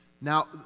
Now